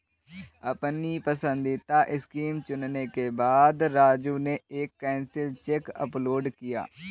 अपनी पसंदीदा स्कीम चुनने के बाद राजू ने एक कैंसिल चेक अपलोड किया